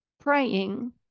praying